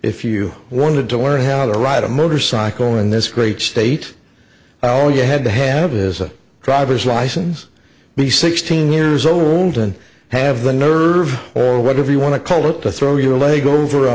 if you wanted to learn how to ride a motorcycle in this great state all you had to have is a driver's license be sixteen years old and have the nerve or whatever you want to call it to throw your leg over a